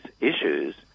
issues